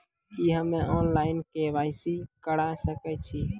की हम्मे online, KYC करा सकैत छी?